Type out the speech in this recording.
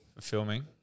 Filming